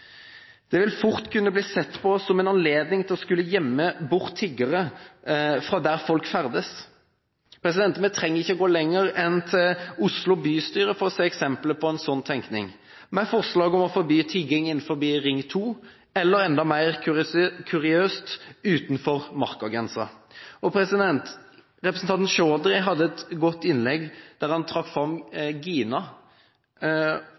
det vil fort kunne bli sett som en anledning til å skulle gjemme bort tiggere fra der folk ferdes. Vi trenger ikke gå lenger enn til Oslo bystyre for å finne eksempler på en slik tenkning, med forslag om å forby tigging innenfor Ring 2 – eller mer kuriøst – utenfor markagrensen. Representanten Chauhdry hadde et godt innlegg, der han trakk fram